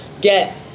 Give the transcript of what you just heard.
get